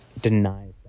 denies